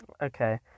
Okay